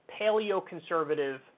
paleoconservative